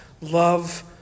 love